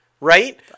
Right